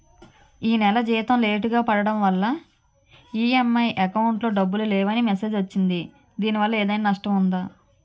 ఈ నెల జీతం లేటుగా పడటం వల్ల ఇ.ఎం.ఐ అకౌంట్ లో డబ్బులు లేవని మెసేజ్ వచ్చిందిదీనివల్ల ఏదైనా నష్టం ఉందా?